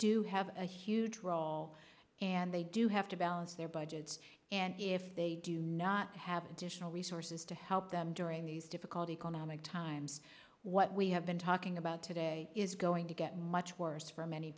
y have a huge role and they do have to balance their budgets if they do not have additional resources to help them during these difficult economic times what we have been talking about today is going to get much worse for many